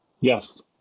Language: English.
Yes